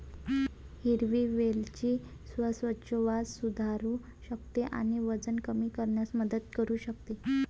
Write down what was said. हिरवी वेलची श्वासोच्छवास सुधारू शकते आणि वजन कमी करण्यास मदत करू शकते